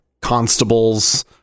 constables